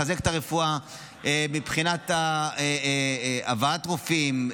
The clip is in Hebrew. לחזק את הרפואה מבחינת הבאת רופאים,